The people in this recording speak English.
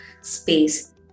space